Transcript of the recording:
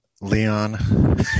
Leon